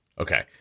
Okay